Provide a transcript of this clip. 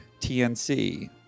TNC